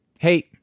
Hey